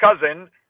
cousin